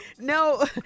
No